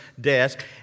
desk